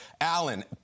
Allen